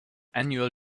annual